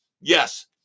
Yes